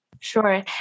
sure